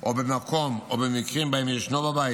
או מקרים שבהם יש בבית